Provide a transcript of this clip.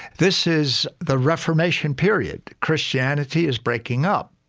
this is the reformation period. christianity is breaking up.